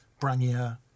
brangier